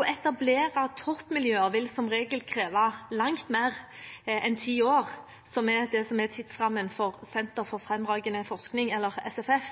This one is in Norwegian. Å etablere toppmiljøer vil som regel kreve langt mer enn ti år, som er det som er tidsrammen for Senter for fremragende forskning, SFF,